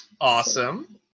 Awesome